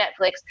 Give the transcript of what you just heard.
Netflix